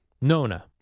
Nona